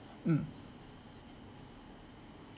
mm